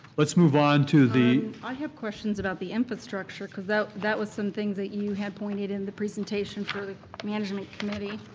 let's move on to the um, i have questions about the infrastructure because that that was some things that you had pointed in the presentation for the management committee.